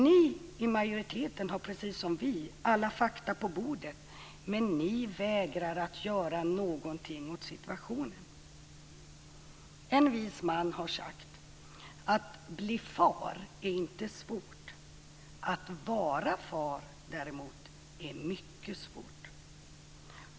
Ni i majoriteten har precis som vi alla fakta på bordet, men ni vägrar att göra någonting åt situationen. En vis man har sagt: Att bli far är inte svårt, att vara far däremot är mycket svårt.